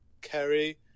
Kerry